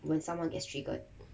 when someone gets triggered